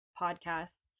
podcasts